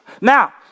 Now